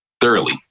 Thoroughly